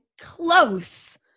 close